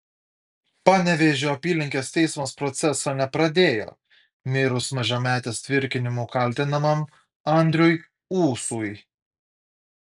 panevėžio apylinkės teismas proceso nepradėjo mirus mažametės tvirkinimu kaltinamam andriui ūsui